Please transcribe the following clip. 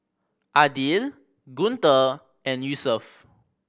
Aidil Guntur and Yusuf